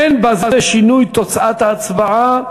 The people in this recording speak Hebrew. אין בזה שינוי של תוצאות ההצבעה.